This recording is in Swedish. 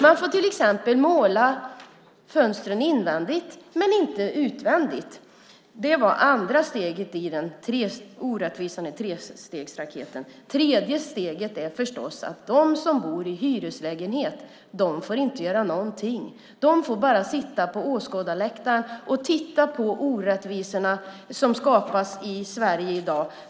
Man får till exempel måla fönstren invändigt, men inte utvändigt. Det var andra steget i trestegsraketen med orättvisor. Det tredje steget är förstås att de som bor i hyreslägenhet inte får göra någonting. De får bara sitta på åskådarläktaren och titta på de orättvisor som skapas i Sverige i dag.